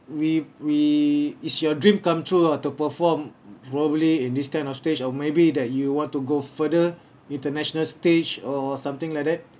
we we is your dream come true ah to perform probably in this kind of stage or maybe that you want to go further international stage or something like that